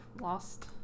lost